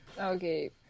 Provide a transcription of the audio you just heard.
Okay